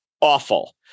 awful